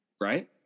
Right